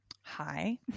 Hi